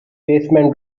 baseman